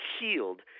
healed